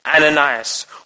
Ananias